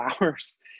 hours